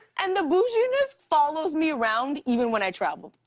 and the boujeeness follows me around even when i travel.